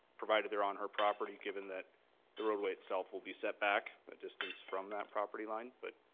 provided they're on her property, given that the roadway itself will be set back a distance from that property line, but,